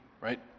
right